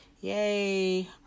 yay